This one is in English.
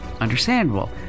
understandable